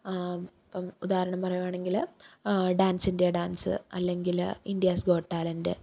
ഇപ്പം ഉദാഹരണം പറയുകയാണെങ്കിൽ ഡാൻസ് ഇന്ത്യ ഡാൻസ് അല്ലെങ്കിൽ ഇന്ത്യാസ് ഗോട്ട് ടാലൻ്റ്